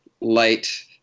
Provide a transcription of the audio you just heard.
light